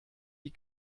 die